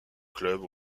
club